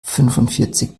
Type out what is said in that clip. fünfundvierzig